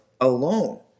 alone